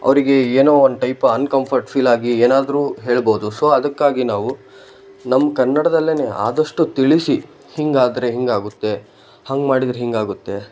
ಅವರಿಗೆ ಏನೋ ಒಂದು ಟೈಪ್ ಅನ್ಕಂಫರ್ಟ್ ಫೀಲಾಗಿ ಏನಾದರೂ ಹೇಳ್ಬೋದು ಸೊ ಅದಕ್ಕಾಗಿ ನಾವು ನಮ್ಮ ಕನ್ನಡದಲ್ಲಿಯೇ ಆದಷ್ಟು ತಿಳಿಸಿ ಹೀಗಾದ್ರೆ ಹೀಗಾಗುತ್ತೆ ಹಾಗ್ ಮಾಡಿದ್ರೆ ಹೀಗಾಗುತ್ತೆ